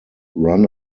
run